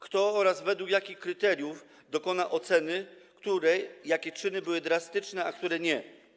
Kto oraz według jakich kryteriów dokona oceny, które czyny były drastyczne, a które nie?